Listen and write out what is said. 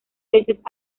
veces